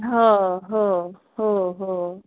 हो हो हो हो